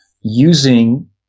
using